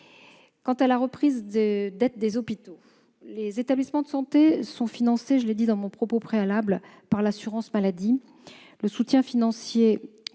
Quant à la reprise de la dette des hôpitaux, les établissements de santé sont financés, comme je l'ai dit tout à l'heure, par l'assurance maladie. Le soutien financier